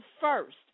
first